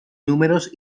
números